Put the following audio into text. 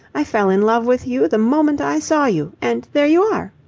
i fell in love with you the moment i saw you, and there you are!